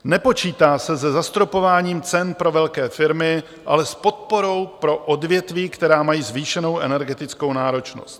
Nepočítá se se zastropováním cen pro velké firmy, ale s podporou pro odvětví, která mají zvýšenou energetickou náročnost.